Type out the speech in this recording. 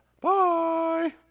Bye